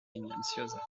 silenciosa